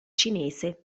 cinese